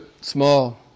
small